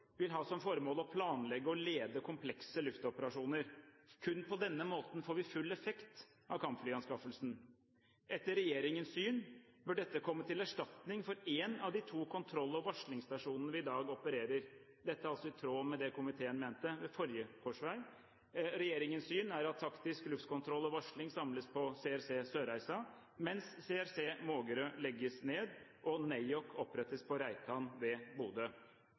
– vil ha som formål å planlegge og lede komplekse luftoperasjoner. Kun på denne måten får vi full effekt av kampflyanskaffelsen. Etter regjeringens syn bør dette komme til erstatning for én av de to kontroll- og varslingsstasjonene som vi i dag opererer. Dette er altså i tråd med det komiteen mente ved forrige korsvei. Regjeringens syn er at taktisk luftkontroll og varsling samles på CRC Sørreisa, mens CRC Mågerø legges ned og NAOC opprettes på Reitan ved Bodø.